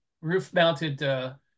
roof-mounted